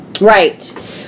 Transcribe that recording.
Right